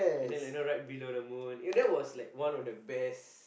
and then you know right below the moon and that was like one of the best